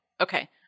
okay